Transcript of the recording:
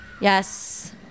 Yes